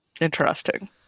Interesting